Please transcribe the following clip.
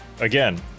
again